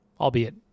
Albeit